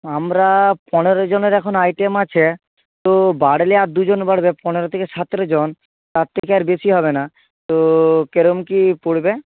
আমরা পনেরোজনের এখন আইটেম আছে তো বাড়লে আর দুজন বাড়বে পনেরো থেকে সাতেরোজন তার থেকে আর বেশি হবে না তো কেরম কী পড়বে